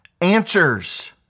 answers